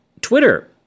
Twitter